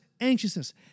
anxiousness